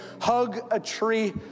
hug-a-tree